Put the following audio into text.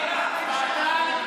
רד, רד.